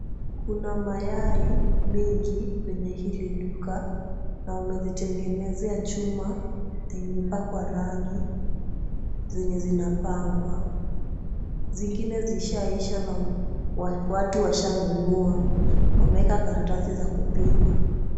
Kuna mayai mingi kwenye hili duka na wamezitengenezea chuma yenye imepakwa rangi zenye zinapangwa. Zingine zishaisha na watu washanunua, wameweka karatasi za kupima.